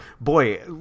boy